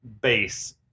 base